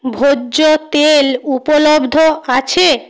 ভোজ্য তেল উপলব্ধ আছে